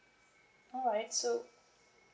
alright so